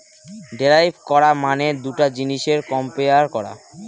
derive করা মানে দুটা জিনিসের কম্পেয়ার করা